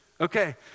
Okay